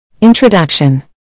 INTRODUCTION